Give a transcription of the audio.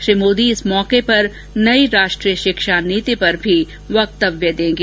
श्री मोदी इस अवसर पर नई राष्ट्रीय शिक्षा नीति पर भी वक्तव्य देंगे